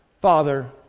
Father